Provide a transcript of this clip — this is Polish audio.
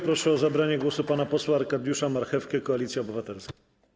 Proszę o zabranie głosu pana posła Arkadiusza Marchewkę, Koalicja Obywatelska.